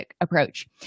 approach